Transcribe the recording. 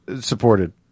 supported